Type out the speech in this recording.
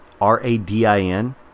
R-A-D-I-N